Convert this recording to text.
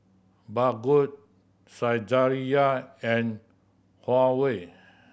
Baggu Saizeriya and Huawei